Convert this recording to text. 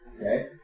Okay